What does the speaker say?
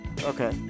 Okay